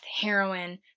heroin